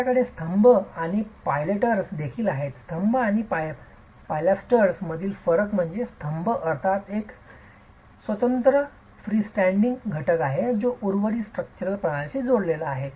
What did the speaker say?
आपल्याकडे स्तंभ आणि पायलेटर्स देखील आहेत स्तंभ आणि पायलेटर्स मधील फरक म्हणजे स्तंभ अर्थातच एक स्वतंत्र फ्रीँन्डिंग घटक आहे जो उर्वरित स्ट्रक्चरल प्रणालीशी जोडलेला आहे